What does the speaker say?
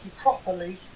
properly